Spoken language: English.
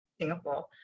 Singapore